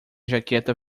jaqueta